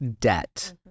debt